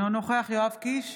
אינו נוכח יואב קיש,